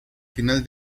final